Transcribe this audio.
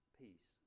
peace